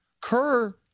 Kerr